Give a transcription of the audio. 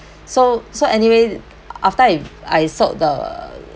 so so anyway after I I sold the